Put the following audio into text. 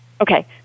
Okay